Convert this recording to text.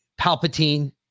Palpatine